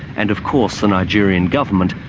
and of course the nigerian government,